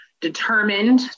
determined